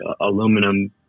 aluminum